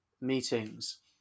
meetings